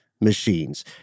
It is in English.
machines